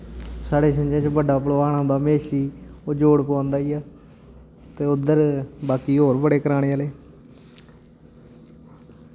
साढ़े छिंजा च बड्डा पलवान औंदा मेशी ओह् जोड़ पोआंदा ऐ ते उद्धर बाकी होर बड़े कराने आह्ले